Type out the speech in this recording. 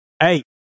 Hey